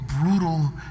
brutal